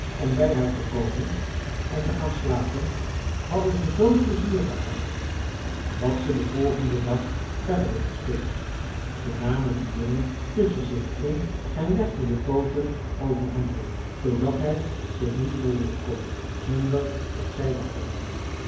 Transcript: om bij haar te komen en te gaan slapen hadden ze zoo'n pleizier gehad dat ze den volgenden dag verder wilden spelen ze namen den jongen tusschen zich in en legden de pooten over hem heen zoodat hij zich niet verroeren kon zonder dat zij wakker werden